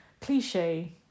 cliche